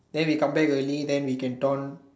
then we come back early then we can done